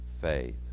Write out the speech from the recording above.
faith